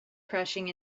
crashing